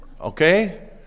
Okay